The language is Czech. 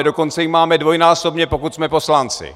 Dokonce ji máme dvojnásobně, pokud jsme poslanci.